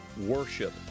worship